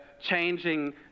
changing